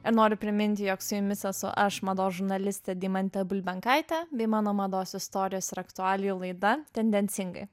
ir noriu priminti jog su jumis esu aš mados žurnalistė deimantė bulbenkaitė bei mano mados istorijos ir aktualijų laida tendencingai